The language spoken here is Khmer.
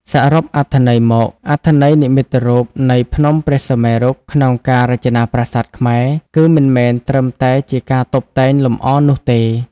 សរុបអត្ថន័យមក អត្ថន័យនិមិត្តរូបនៃភ្នំព្រះសុមេរុក្នុងការរចនាប្រាសាទខ្មែរ គឺមិនមែនត្រឹមតែជាការតុបតែងលម្អនោះទេ។